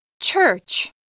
Church